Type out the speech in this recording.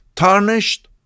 tarnished